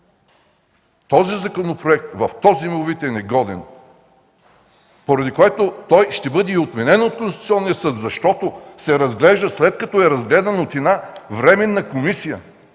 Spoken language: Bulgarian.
Този законопроект в този му вид е негоден, поради което той ще бъде отменен от Конституционния съд, защото се разглежда, след като е разгледан от временна комисия,